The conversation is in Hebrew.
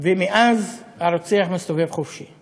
ומאז הרוצח מסתובב חופשי,